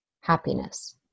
happiness